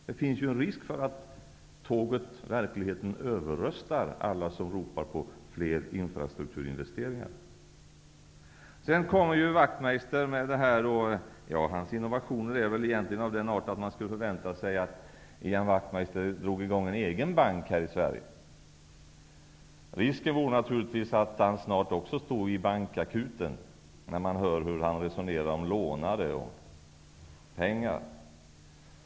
Det finns en risk för att tåget i verkligheten överröstar alla som ropar på fler infrastrukturinvesteringar. Ian Wachtmeisters innovationer är egentligen av den art att man skulle förvänta sig att Ian Wachtmeister drog i gång en egen bank här i Sverige. Risken vore naturligtvis att också han snart stod inför bankakuten, när man hör hur han resonerar om låntagare och pengar.